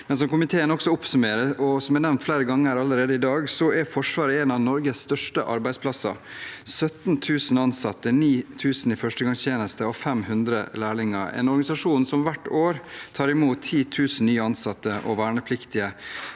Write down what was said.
som komiteen også oppsummerer, og som nevnt flere ganger allerede i dag, er Forsvaret en av Norges største arbeidsplasser, med 17 000 ansatte, 9 000 i førstegangstjeneste og 500 lærlinger. Det er en organisasjon som hvert år tar imot 10 000 nye ansatte og vernepliktige.